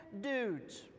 dudes